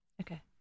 Okay